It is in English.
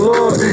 Lord